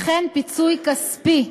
וכן פיצוי כספי,